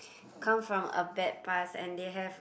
come from a bad past and they have